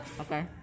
Okay